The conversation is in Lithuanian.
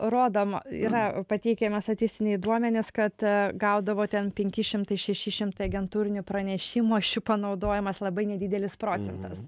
rodom yra pateikiami statistiniai duomenys kad gaudavo ten penki šimtai šeši šimtai agentūrinių pranešimų o iš jų panaudojamas labai nedidelis procentas